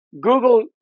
google